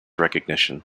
recognition